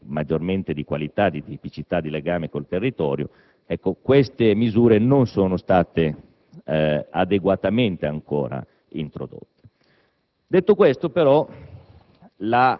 gli aiuti alla produzione per quelle produzioni maggiormente di qualità, di tipicità, di legame con il territorio. Queste misure non sono ancora state adeguatamente introdotte.